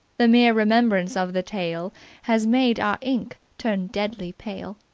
the mere remembrance of the tale has made our ink turn deadly pale.